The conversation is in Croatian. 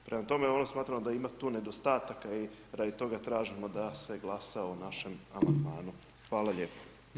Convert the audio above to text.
Prema tome, onda smatram da ima tu nedostataka i radi toga tražimo da se glasa o našem amandmanu.